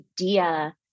idea